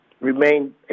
remain